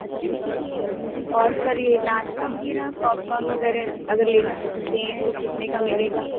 अच्छा अच्छा और सर यह नाश्ता वग़ैरह पॉपकॉर्न वग़ैरह अगर लेना चाहते हैं तो कितने का मिलेगा